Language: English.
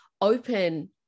open